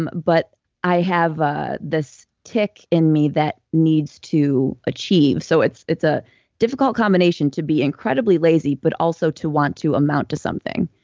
um but i have ah this tic in me that needs to achieve, so it's a a difficult combination to be incredibly lazy but also to want to amount to something.